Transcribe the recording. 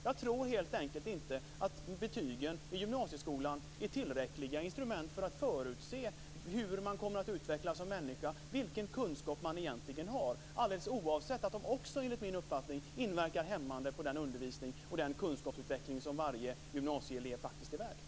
Jag tror helt enkelt inte att betygen i gymnasieskolan är ett tillräckligt instrument för att förutse hur man kommer att utvecklas som människa, vilken kunskap man egentligen har, alldeles oavsett att de också enligt min uppfattning inverkar hämmande på den undervisning och kunskapsutveckling som varje gymnasieelev faktiskt är värd.